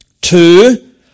Two